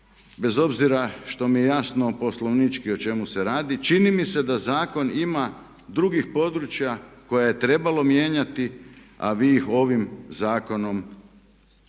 bez obzira što mi je jasno poslovnički o čemu se radi čini mi se da zakon ima drugih područja koja je trebalo mijenjati, a vi ih ovim zakonom ne